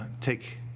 take